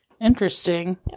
Interesting